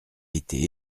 été